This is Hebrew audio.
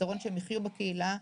שיחיו בקהילה.